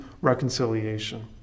reconciliation